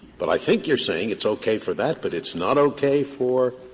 but i think you're saying it's okay for that, but it's not okay for